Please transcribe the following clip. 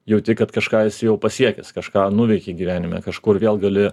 jauti kad kažką esi jau pasiekęs kažką nuveikei gyvenime kažkur vėl gali